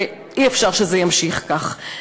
ואי-אפשר שזה יימשך כך.